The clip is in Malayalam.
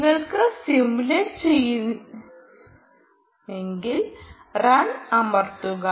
നിങ്ങൾക്ക് സിമുലേറ്റ് ചെയ്യണമെങ്കിൽ റൺ അമർത്തുക